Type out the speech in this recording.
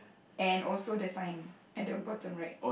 and also the sign at the bottom right